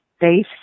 base